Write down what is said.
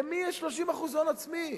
למי יש 30% הון עצמי?